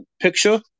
picture